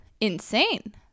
insane